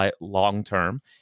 long-term